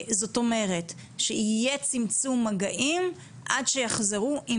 אז זאת אומרת שיהיה צמצום מגעים עד שיחזרו עם